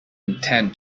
intend